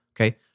okay